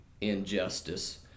injustice